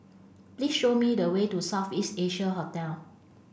please show me the way to South East Asia Hotel